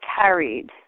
carried